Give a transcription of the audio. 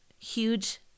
huge